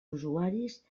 usuaris